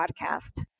podcast